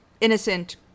innocent